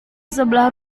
sebelah